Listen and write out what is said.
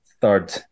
third